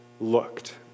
Looked